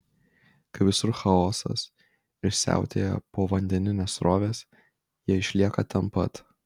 kai visur chaosas ir siautėja povandeninės srovės jie išlieka ten pat